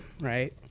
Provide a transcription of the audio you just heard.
right